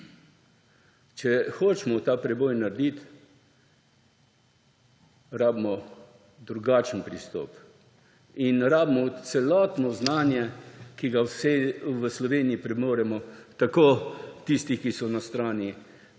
Če hočemo ta preboj narediti, rabimo drugačen pristop in rabimo celotno znanje, ki ga v Sloveniji premoremo, tako tistih, ki so na strani